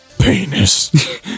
Penis